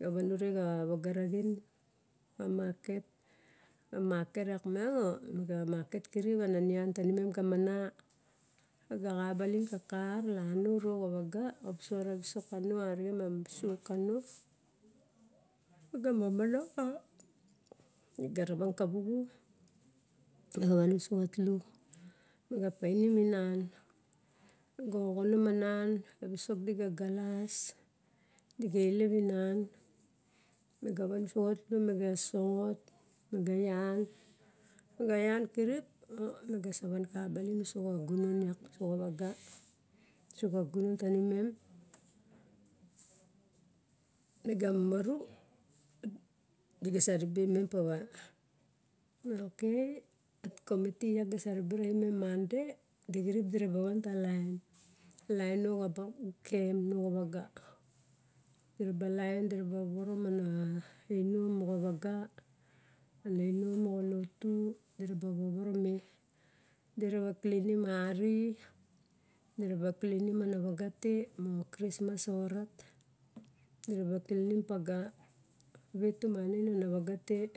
me ga van ure xa vaga raxin a market a market, iak miang e miga market kirip. ana nian tani mem ga mana aga xa balin ka kar iano uro xa vaga oposot a visok kano arixen me sick kano, mega momonong me ga ravang ka waxu, mi ga van uso xatlu, miga painim inan, mega oxonon anan a visok niga galas, diga ilep inan miga van uso xatlu miga sosongot mi ga ian, miga ian kirip, miga sa van ka balin, iak uso xa gunon lak, uso xa vaga, uso xa gunon tanimem, miga momoru, di ga sa ribe mem pava ok a komiti iak ga sa ribe ravimen, monday de xirip dira ba van ta laen, laen nox kem no xa vaga, dira ba laen dira ba voworo ma na inom moxa vaga, ana inom moxa lotu dira ba vovoro me, dira ba klinim ari, mira ba klinim ana vaga te, moxa krismas so rat, mira ba klinim paga, vet tumanim ana vaga te.